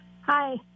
Hi